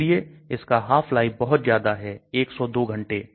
इसलिए इसका Half life बहुत ज्यादा है 102 घंटे